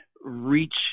reach